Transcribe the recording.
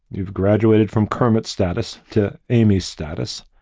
you've graduated from kermit status to amy status,